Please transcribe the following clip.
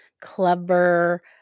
clever